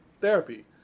therapy